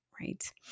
right